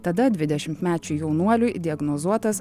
tada dvidešimtmečiui jaunuoliui diagnozuotas